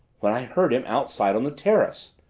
when i heard him outside on the terrace,